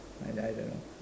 I I don't know